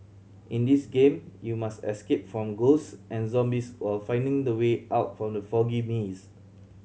in this game you must escape from ghosts and zombies while finding the way out from the foggy maze